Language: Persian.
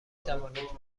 توانید